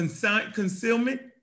concealment